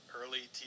early